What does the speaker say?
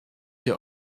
der